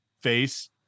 face